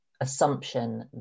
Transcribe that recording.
assumption